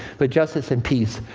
but justice and peace,